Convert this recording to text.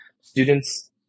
Students